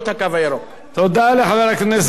תודה לחבר הכנסת אחמד טיבי.